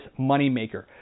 moneymaker